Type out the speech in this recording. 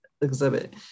exhibit